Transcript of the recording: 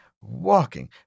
walking